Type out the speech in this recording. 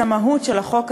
המהות של החוק הזה,